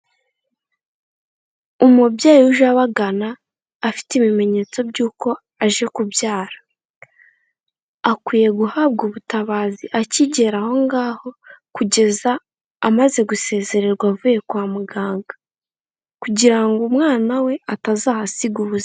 Umubyeyi uje abagana afite ibimenyetso by'uko aje kubyara, akwiye guhabwa ubutabazi akigera ahongaho kugeza amaze gusezererwa avuye kwa muganga, kugira ngo umwana we atazahasiga ubuzima.